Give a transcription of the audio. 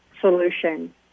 solution